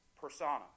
persona